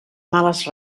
males